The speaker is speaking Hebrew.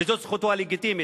וזאת זכותו הלגיטימית,